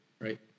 right